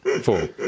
four